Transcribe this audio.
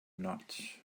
not